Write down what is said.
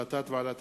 הצעת ועדת